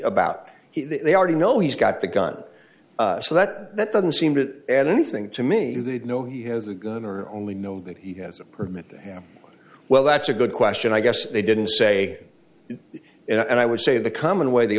about they already know he's got the gun so that doesn't seem to add anything to me they'd know he has a gun or only know that he has a permit to him well that's a good question i guess they didn't say that and i would say the common way the